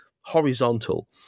horizontal